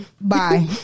bye